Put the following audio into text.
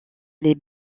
les